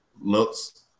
looks